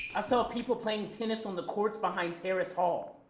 i saw people playing tennis on the courts behind terrace hall.